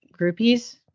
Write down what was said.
groupies